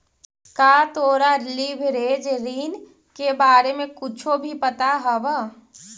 का तोरा लिवरेज ऋण के बारे में कुछो भी पता हवऽ?